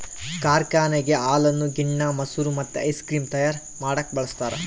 ಕಾರ್ಖಾನೆಗ ಹಾಲನ್ನು ಗಿಣ್ಣ, ಮೊಸರು ಮತ್ತೆ ಐಸ್ ಕ್ರೀಮ್ ತಯಾರ ಮಾಡಕ ಬಳಸ್ತಾರ